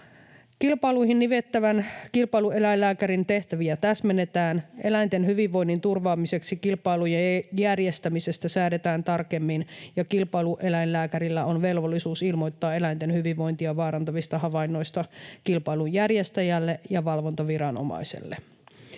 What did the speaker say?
Kilpailuihin nimettävän kilpailueläinlääkärin tehtäviä täsmennetään. Eläinten hyvinvoinnin turvaamiseksi kilpailujen järjestämisestä säädetään tarkemmin. Kilpailueläinlääkärillä on velvollisuus ilmoittaa eläinten hyvinvointia vaarantavista havainnoista kilpailun järjestäjälle ja valvontaviranomaiselle.